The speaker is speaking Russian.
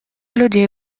людей